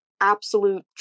absolute